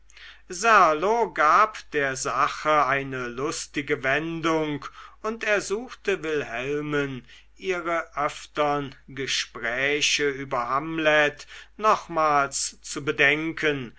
serlo gab der sache eine lustige wendung und ersuchte wilhelmen ihre öftern gespräche über hamlet nochmals zu bedenken